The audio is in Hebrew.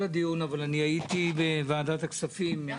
הדיון אבל אני הייתי בוועדת הכספים.